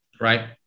right